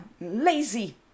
Lazy